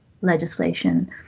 legislation